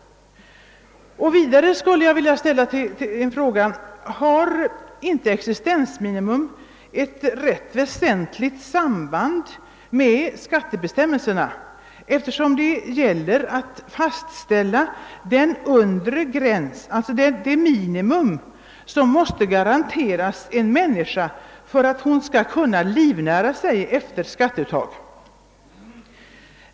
Vidare skulle jag vilja ställa frågan: Har inte existensminimum ett rätt vä sentligt samband med skattebestämmelserna, eftersom det gäller att fastställa den undre gräns — alltså det minimum som måste garanteras en människa för att hon efter skatteuttaget skall kunna livnära sig?